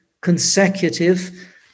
consecutive